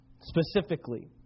specifically